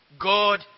God